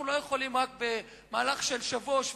אנחנו לא יכולים במהלך של שבוע או שבועיים,